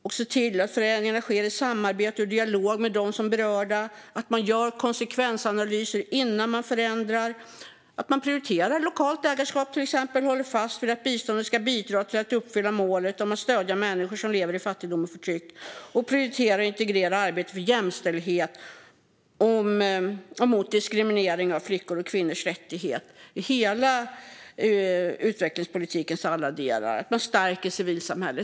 Man ser till att förändringar sker i samarbete och dialog med dem som är berörda. Man gör konsekvensanalyser innan man förändrar. Man prioriterar till exempel lokalt ägarskap och håller fast vid att biståndet ska bidra till att uppfylla målet om att stödja människor som lever i fattigdom och förtryck samt prioritera och integrera arbete för jämställdhet och mot diskriminering av flickors och kvinnors rättigheter i utvecklingspolitikens alla delar. Man stärker civilsamhället.